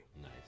Nice